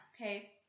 okay